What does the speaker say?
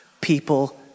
people